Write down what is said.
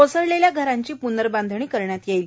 कोसळलेल्या घरांची प्नर्बाधणी करण्यात येणार आहे